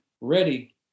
ready